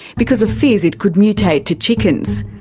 because of fears it could mutate to chickens.